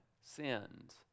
sins